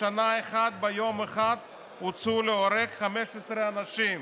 בשנה אחת, ביום אחד, הוצאו להורג 15 אנשים.